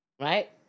right